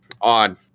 odd